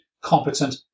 competent